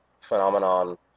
phenomenon